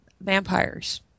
vampires